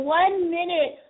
one-minute